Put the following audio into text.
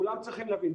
כולם צריכים להבין,